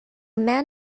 man